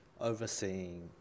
overseeing